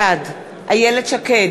בעד איילת שקד,